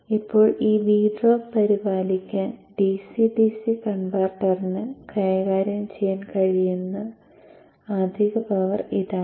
ഇപ്പോൾ ഈ V drop പരിപാലിക്കാൻ DC DC കൺവെർട്ടറിന് കൈകാര്യം ചെയ്യാൻ കഴിയുന്ന അധിക പവർ ഇതാണ്